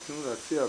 רצינו להציע,